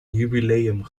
jubileum